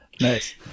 Nice